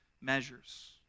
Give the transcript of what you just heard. measures